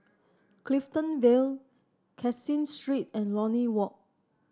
Clifton Vale Caseen Street and Lornie Walk